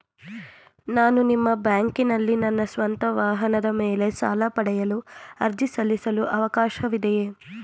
ನಾನು ನಿಮ್ಮ ಬ್ಯಾಂಕಿನಲ್ಲಿ ನನ್ನ ಸ್ವಂತ ವಾಹನದ ಮೇಲೆ ಸಾಲ ಪಡೆಯಲು ಅರ್ಜಿ ಸಲ್ಲಿಸಲು ಅವಕಾಶವಿದೆಯೇ?